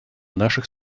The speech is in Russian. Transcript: наших